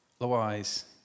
Otherwise